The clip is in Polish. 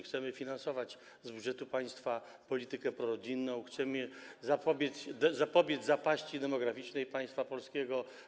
Chcemy finansować z budżetu państwa politykę prorodzinną, chcemy zapobiec zapaści demograficznej państwa polskiego.